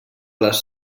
les